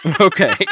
Okay